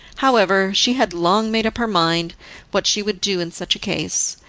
however she had long made up her mind what she would do in such a case,